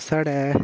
साढ़े